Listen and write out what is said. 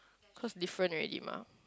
cause different already mah